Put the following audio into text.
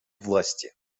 власти